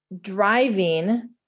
driving